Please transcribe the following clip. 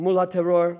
מול הטרור,